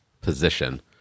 position